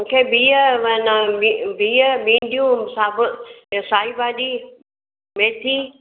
मूंखे बीह बीह भिंडियूं साब साई भाॼी मेथी